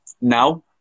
now